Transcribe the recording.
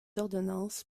ordonnances